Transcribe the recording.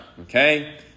Okay